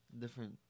Different